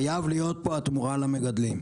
חייב להיות פה התמורה למגדלים.